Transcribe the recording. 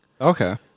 Okay